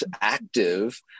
active